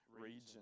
region